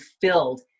filled